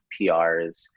prs